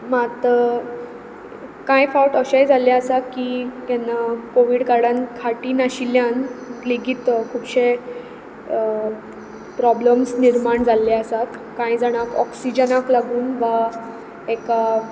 मात कांय फावट अशेंय जाल्लें आसा की केन्ना कॉवीड काळान खाटी नाशिल्ल्यान लेगीत खुबशें प्रोबल्मेस निर्माण जाल्ले आसात कांय जाणांक ऑक्सीजनाक लागून वा एका